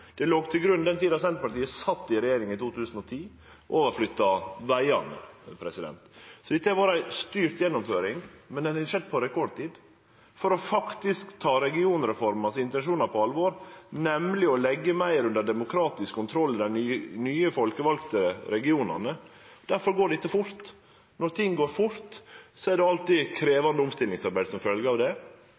Det låg til grunn den tida då Senterpartiet sat i regjering, i 2010. Dette har vore ei styrt gjennomføring, men ho skjedde på rekordtid for faktisk å ta intensjonane bak regionreforma på alvor, nemleg å leggje meir under demokratisk kontroll i dei nye folkevalde regionane. Difor går dette fort. Når ting går fort, følgjer det alltid krevjande omstillingsarbeid. Det har risikoelement i seg. Men det har vore handtert på ein måte som